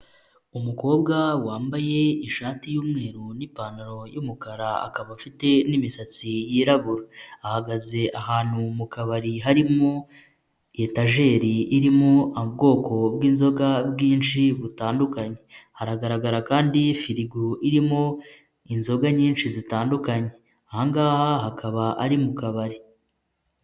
Umukobwa wambaye ishati y'umweru n'ipantaro y'umukara akaba afite n'imisatsi yirabura, ahagaze ahantu mu kabari harimo etajeri irimo ubwoko bw'inzoga bwinshi butandukanye, haragaragara kandi firigo irimo inzoga nyinshi zitandukanye, aha ngaha hakaba ari mu kabari.